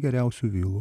geriausių vilų